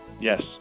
Yes